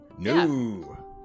No